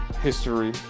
History